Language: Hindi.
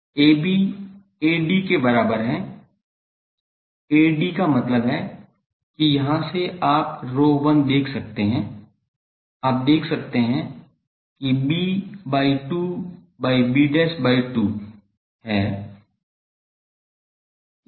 AB AD के बराबर है AD का मतलब है कि यहाँ से आप ρ1 देख सकते हैं आप देख सकते हैं कि b by 2 by b by 2 है